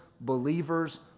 believers